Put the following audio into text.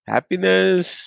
Happiness